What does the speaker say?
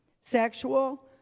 sexual